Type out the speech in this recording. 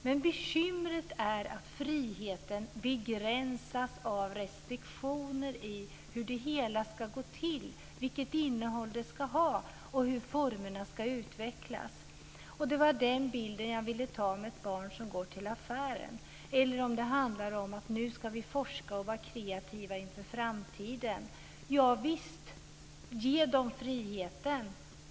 Men bekymret är att friheten begränsas av restriktioner i fråga om hur det hela ska gå till, vilket innehåll det ska ha och hur formerna ska utvecklas. Det var det jag ville visa med bilden av ett barn som går till affären - eller om det handlar om att nu ska vi forska och vara kreativa inför framtiden. Javisst, ge dem friheten.